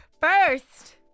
First